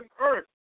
earth